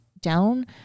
down